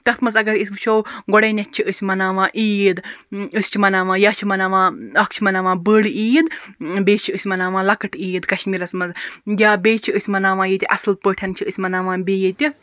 تتھ مَنٛز اَگَر أسۍ وٕچھو گۄڈٕنیٚتھ چھِ أسۍ مَناوان عیٖد أسۍ چھِ مَناوان یا چھِ مَناوان اکھ چھِ مَناوان بٔڑ عیٖد بیٚیہِ چھِ أسۍ مَناوان لۄکٕٹ عیٖد کَشمیٖرَس مَنٛز یا بیٚیہِ چھِ أسۍ مَناوان اصل پٲٹھۍ چھِ أسۍ مَناوان بیٚیہِ ییٚتہِ